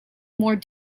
more